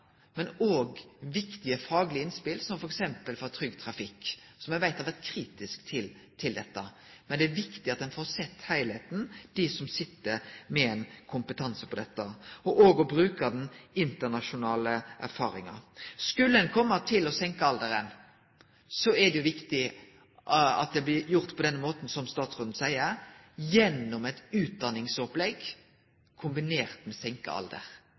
og òg viktige faglege innspel, f.eks. frå Trygg Trafikk, som eg veit har vore kritisk til dette. Men det er viktig at dei som sit med kompetansen, får sjå heilskapen og òg bruker den internasjonale erfaringa. Skulle ein kome til å senke alderskravet, er det viktig at det blir gjort på den måten som statsråden seier, gjennom eit utdanningsopplegg kombinert med lågare alder.